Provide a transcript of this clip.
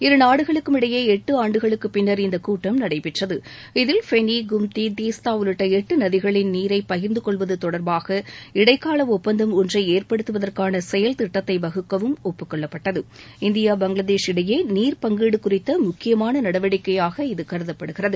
இருநாடுகளுக்கும் இடையே எட்டு ஆண்டுகளுக்குப் பின்னர் இந்த கூட்டம் நடைபெற்றது இதில் ஃபெளி கும்தி தீஸ்தா உள்ளிட்ட எட்டு நதிகளின் நீரை பகிர்ந்து கொள்வது தொடர்பாக இடைக்கால ஒப்பந்தம் ஒன்றை ஏற்படுத்துவதற்கான செயல்திட்டத்தை வகுக்கவும் ஒப்புக்கொள்ளப்பட்டது இந்தியா பங்களாதேஷ் இடையே நீர் பங்கீடு குறித்த முக்கியமான நடவடிக்கையாக இது கருதப்படுகிறது